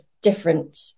different